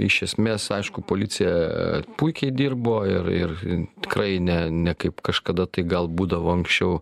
iš esmės aišku policija puikiai dirbo ir ir tikrai ne ne kaip kažkada tai gal būdavo anksčiau